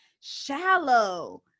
shallow